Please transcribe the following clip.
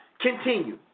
Continue